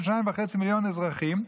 של שניים וחצי מיליון אזרחים,